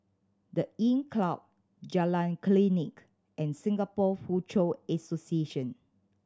The Inncrowd Jalan Klinik and Singapore Foochow Association